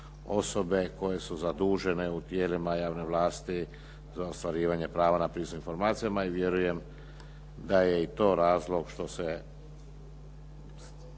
osobe koje su zadužene u tijelima javne vlasti za ostvarivanje prava na pristup informacijama i vjerujem da je i to razlog što se